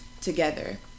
together